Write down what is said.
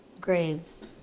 graves